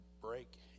break